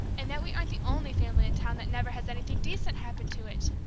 and that we aren't the only family in town that never has anything decent happen to it.